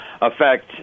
affect